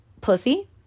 pussy